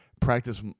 Practice